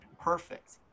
perfect